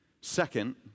Second